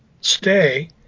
stay